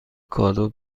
کادو